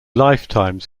lifetimes